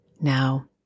now